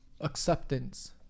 acceptance